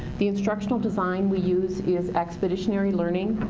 the instructional design we use is expeditionary learning.